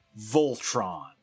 Voltron